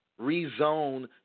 Rezone